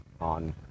on